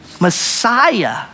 Messiah